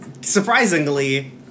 Surprisingly